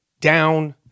down